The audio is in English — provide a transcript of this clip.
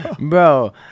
Bro